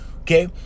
okay